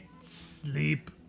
sleep